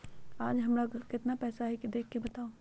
आज हमरा खाता में केतना पैसा हई देख के बताउ?